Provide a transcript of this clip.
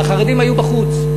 והחרדים היו בחוץ.